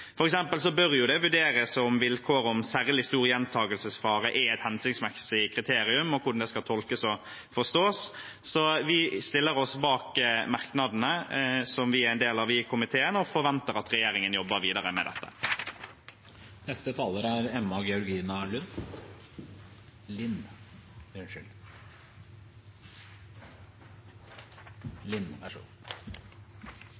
bør det vurderes om vilkåret om særlig stor gjentagelsesfare er et hensiktsmessig kriterium, og hvordan det skal tolkes og forstås. Vi stiller oss bak merknadene vi er en del av i komiteen, og forventer at regjeringen jobber videre med dette.